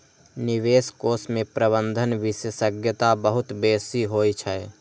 निवेश कोष मे प्रबंधन विशेषज्ञता बहुत बेसी होइ छै